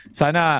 sana